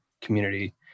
community